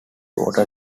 water